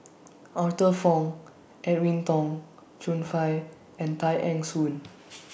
Arthur Fong Edwin Tong Chun Fai and Tay Eng Soon